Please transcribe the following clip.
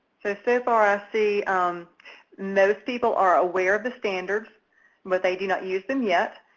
so so far, i see most people are aware of the standards but they do not use them yet.